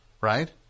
right